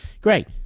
Great